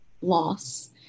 loss